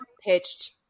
pitched